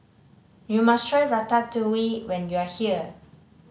you must try Ratatouille when you are here